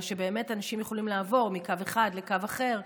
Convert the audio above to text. שאנשים יכולים לעבור מקו אחד לקו אחר,